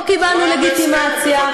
לא קיבלנו לגיטימציה,